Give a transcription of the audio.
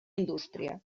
indústria